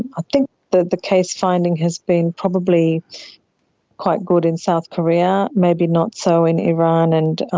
i think the the case finding has been probably quite good in south korea, maybe not so in iran, and